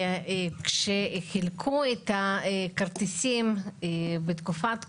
כשחילקו את הכרטיסים בתקופת הקורונה,